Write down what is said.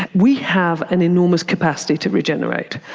and we have an enormous capacity to regenerate.